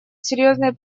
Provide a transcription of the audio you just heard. серьезной